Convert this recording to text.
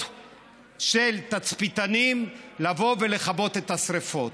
של תצפיתנים לבוא ולכבות את השרפות.